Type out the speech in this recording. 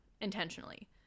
intentionally